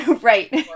Right